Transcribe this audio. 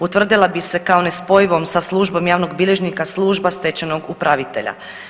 Utvrdila bi se kao nespojivom sa službom javnog bilježnika služba stečajnog upravitelja.